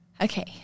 Okay